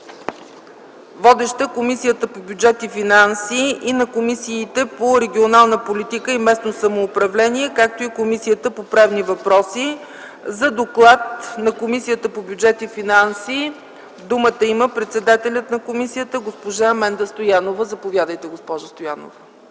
на Комисията по бюджет и финанси, която е водеща, и на Комисията по регионална политика и местно самоуправление и Комисията по правни въпроси. За доклад на Комисията по бюджет и финанси думата има председателят на комисията госпожа Менда Стоянова. Заповядайте, госпожо Стоянова.